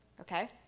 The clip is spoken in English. okay